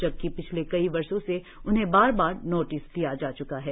जबकि पिछले कई वर्षो से उन्हें बार बार नोटिस दिया जा च्का है